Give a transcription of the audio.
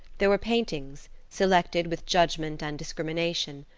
there were paintings, selected with judgment and discrimination,